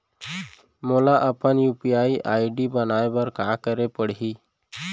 मोला अपन UPI ID बनाए बर का करे पड़ही?